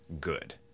good